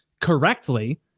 correctly